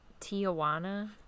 Tijuana